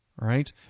right